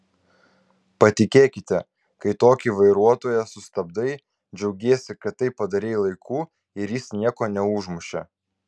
patikėkite kai tokį vairuotoją sustabdai džiaugiesi kad tai padarei laiku ir jis nieko neužmušė